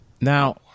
Now